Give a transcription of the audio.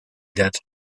that